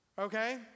okay